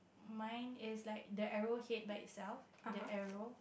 mine is like the arrow head by itself the arrow